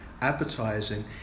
advertising